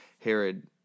Herod